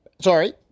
Sorry